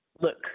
look